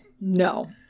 No